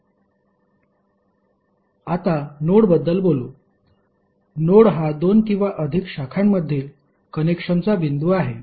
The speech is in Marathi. आता नोड बद्दल बोलू नोड हा दोन किंवा अधिक शाखांमधील कनेक्शनचा बिंदू आहे